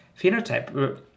phenotype